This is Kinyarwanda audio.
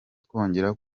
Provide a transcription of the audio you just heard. twongera